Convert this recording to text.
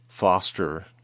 foster